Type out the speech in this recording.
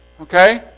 Okay